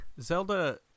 Zelda